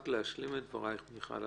רק להשלים את דברייך, מיכל.